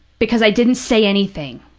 because i didn't say anything.